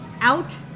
out